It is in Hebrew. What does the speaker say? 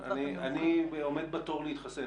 פרופ' מימון, אני עומד בתור להתחסן.